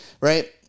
right